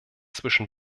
zwischen